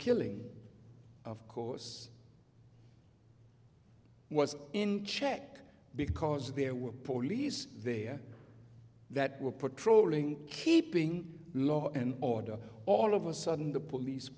killing of course was in check because there were police there that were patrolling keeping law and order all of a sudden the police